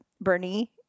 Bernie